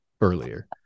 earlier